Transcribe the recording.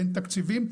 אין תקציבים,